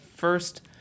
first